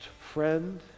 friend